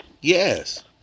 Yes